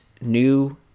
new